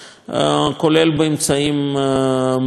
כולל באמצעים קשוחים מאוד מאוד.